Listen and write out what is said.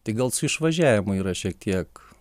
tik gal su išvažiavimu yra šiek tiek